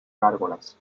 gárgolas